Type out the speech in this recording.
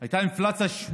הייתה אינפלציה של 8%,